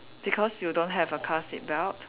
because you don't have a car seat belt